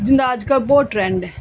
ਜਿਹਦਾ ਅੱਜ ਕੱਲ੍ਹ ਬਹੁਤ ਟਰੈਂਡ ਹੈ